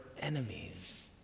enemies